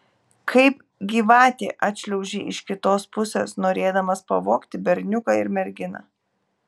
kaip gyvatė atšliaužei iš kitos pusės norėdamas pavogti berniuką ir merginą